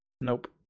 Nope